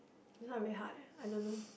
this one a bit hard eh I don't know